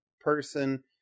person